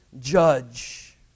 judge